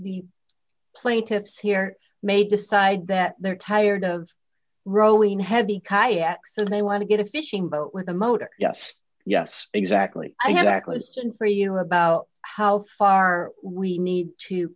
the plaintiffs here may decide that they're tired of rowing heavy kayaks and they want to get a fishing boat with a motor yes yes exactly i have acquisition for a year about how far we need to